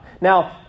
Now